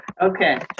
Okay